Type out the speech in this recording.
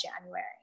January